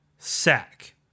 Sack